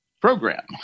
program